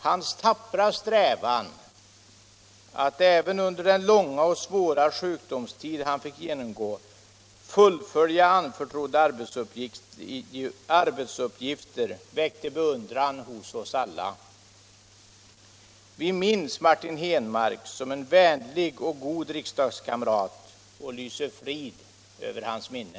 Hans tappra strävan att även under den långa och svåra sjukdomstid han fick genomgå fullgöra anförtrodda arbetsuppgifter väckte beundran hos oss alla. Vi minns Martin Henmark som en vänlig och god riksdagskamrat och lyser frid över hans minne.